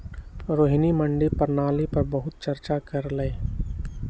रोहिणी मंडी प्रणाली पर बहुत चर्चा कर लई